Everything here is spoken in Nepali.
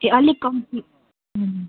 ए अलिक कम्ती